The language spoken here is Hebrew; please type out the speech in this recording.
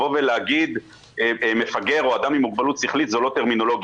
להגיד "מפגר" או "אדם עם מוגבלות שכלית" זו לא טרמינולוגיה.